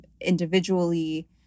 individually